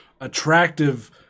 attractive